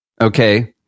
okay